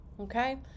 okay